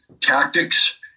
tactics